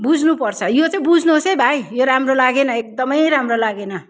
बुझ्नु पर्छ यो चाहिँ बुझ्नु होस् है भाइ यो राम्रो लागेन एकदमै राम्रो लागेन